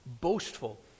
boastful